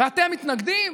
ואתם מתנגדים?